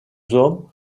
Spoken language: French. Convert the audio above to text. hommes